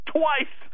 twice